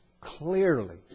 clearly